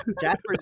Jasper